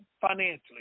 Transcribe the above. financially